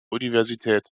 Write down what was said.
universität